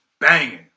banging